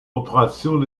operation